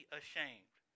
ashamed